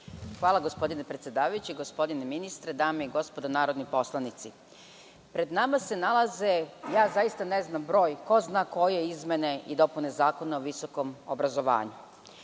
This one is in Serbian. Hvala gospodine predsedavajući. Gospodine ministre, dame i gospodo narodni poslanici, pred nama se nalaze, zaista ne znam broj ko zna koje, izmene i dopune Zakona o visokom obrazovanju. Poštovani